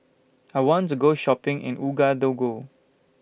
I want to Go Shopping in Ouagadougou